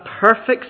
perfect